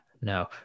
no